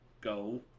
go